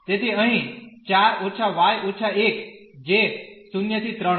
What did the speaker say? તેથી અહીં 4− y − 1 જે 0 થી 3 હશે